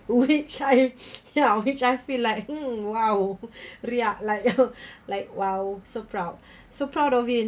which I ya which I feel like hmm !wow! like know like !wow! so proud so proud of it